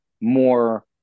more